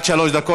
עד שלוש דקות.